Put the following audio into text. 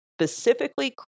specifically